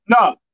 No